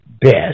best